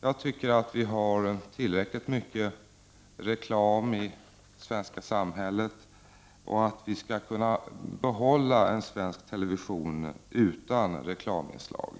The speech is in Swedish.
Jag tycker att vi har tillräckligt mycket reklam i det svenska samhället och att vi skall kunna behålla en svensk television utan reklaminslag.